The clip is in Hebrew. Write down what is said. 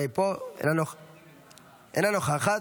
אינה נוכחת,